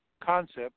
concept